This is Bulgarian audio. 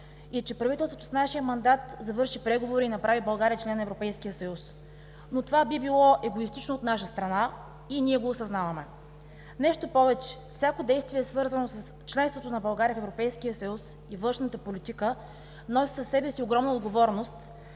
и, че правителството с нашия мандат завърши преговорите и направи България член на Европейския съюз. Но това би било егоистично от наша страна и ние го осъзнаваме. Нещо повече, всяко действие, свързано с членството на България в Европейския съюз и външната политика, носи със себе си огромна отговорност,